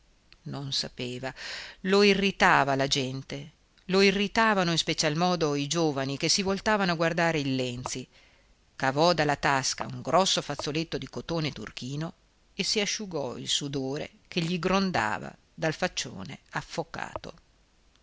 non sapeva lo irritava la gente lo irritavano in special modo i giovani che si voltavano a guardare il lenzi cavò dalla tasca un grosso fazzoletto di cotone turchino e si asciugò il sudore che gli grondava dal faccione affocato